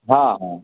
हँ हँ